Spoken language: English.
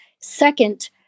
Second